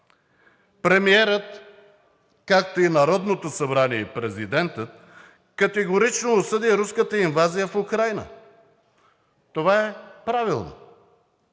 Премиерът, както и Народното събрание и президентът, категорично осъдиха руската инвазия в Украйна. Това е правилно.